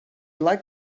like